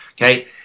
okay